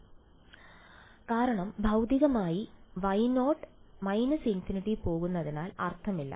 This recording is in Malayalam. J0 കാരണം ഭൌതികമായി Y0 −∞ പോകുന്നതിൽ അർത്ഥമില്ല